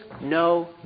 no